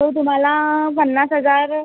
तो तुम्हाला पन्नास हजार